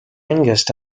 youngest